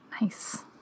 Nice